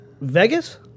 Vegas